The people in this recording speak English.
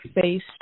faced